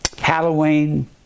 halloween